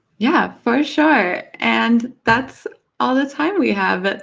yeah for sure. and that's all the time we have.